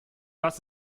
das